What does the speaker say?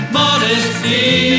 modesty